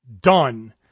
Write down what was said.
done